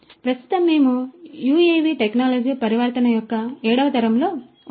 కాబట్టి ప్రస్తుతం మేము యుఎవి టెక్నాలజీ పరివర్తన యొక్క ఏడవ తరం లో ఉన్నాము